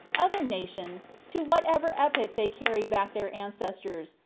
other nations, to whatever epoch they carry back their ancestors,